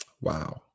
Wow